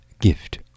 gift